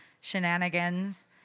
shenanigans